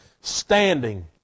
standing